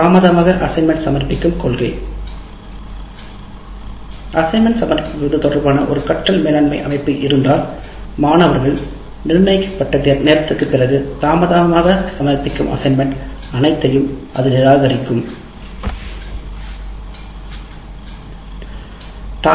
தாமதமாக அசைன்மென்ட் சமர்ப்பிக்கும் கொள்கை அசைன்மெண்ட் சமர்ப்பிப்பது தொடர்பான ஒரு கற்றல் மேலாண்மை அமைப்பு இருந்தால் மாணவர்கள் தாமதமாக சமர்ப்பிக்கும் அசைன்மென்ட் அனைத்தையும் அது நிராகரிக்கும் நிர்ணயிக்கப்பட்ட நேரத்திற்குப் பிறகு